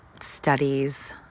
studies